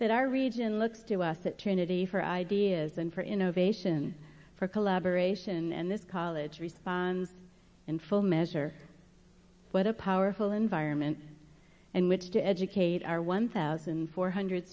that our region looks to us that trinity for ideas and for innovation for collaboration and this college response in full measure what a powerful environment in which to educate our one thousand four hundred